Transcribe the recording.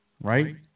Right